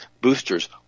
boosters